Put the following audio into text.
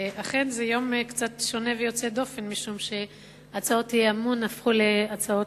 אכן זה יום קצת שונה ויוצא דופן משום שהצעות האי-אמון הפכו להצעות